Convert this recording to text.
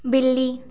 बिल्ली